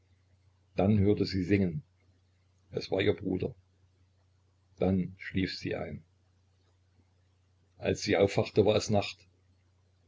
dann hörte sie singen es war ihr bruder dann schlief sie ein als sie aufwachte war es nacht